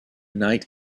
night